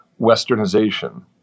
Westernization